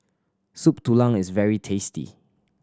Soup Tulang is very tasty